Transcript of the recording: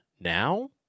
now